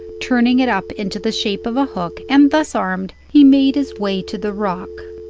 turning it up into the shape of a hook, and thus armed he made his way to the rock.